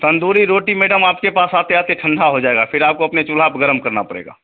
तन्दूरी रोटी मैडम आपके पास आते आते ठण्डी हो जाएगी फिर आपको अपने चूल्हे पर गरम करनी पड़ेगी